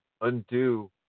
undo